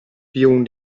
pio